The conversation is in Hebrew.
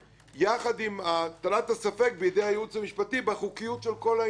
יחד עם הטלת הספק בידי הייעוץ המשפטי בחוקתיות של כל העניין.